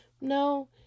No